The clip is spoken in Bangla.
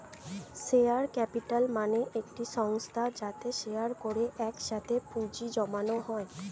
শেয়ার ক্যাপিটাল মানে একটি সংস্থা যাতে শেয়ার করে একসাথে পুঁজি জমানো হয়